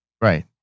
Right